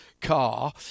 car